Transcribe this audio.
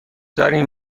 داریم